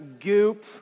goop